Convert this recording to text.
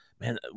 man